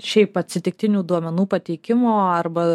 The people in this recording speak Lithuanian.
šiaip atsitiktinių duomenų pateikimo arba